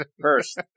first